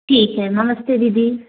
ठीक है नमस्ते दीदी